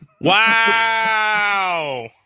Wow